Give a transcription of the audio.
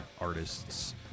artists